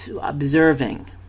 observing